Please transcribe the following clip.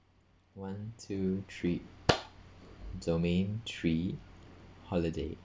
one two three domain three holiday